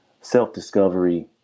self-discovery